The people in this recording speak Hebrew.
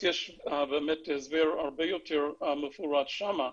אז יש באמת הסבר הרבה יותר מפורט שם,